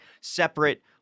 Separate